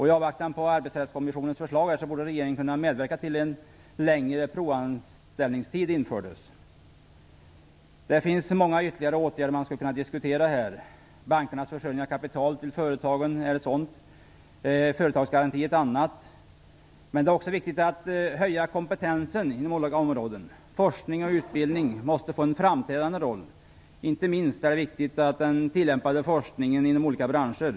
I avvaktan på Arbetsrättskommissionens förslag borde regeringen kunna medverka till att en längre provanställningstid infördes. Det finns många ytterligare åtgärder som man skulle kunna diskutera. Bankernas försörjning av kapital till företagen är en sådan. Företagsgaranti är en annan. Det är också viktigt att vi kan höja kompetensen inom olika områden. Forskning och utbildning måste få en framträdande roll. Inte minst är det viktigt med den tillämpade forskningen inom olika branscher.